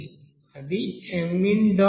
అది min